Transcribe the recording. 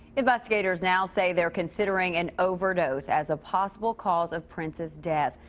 investigators now say they're considering an overdose. as a possible cause of prince's death.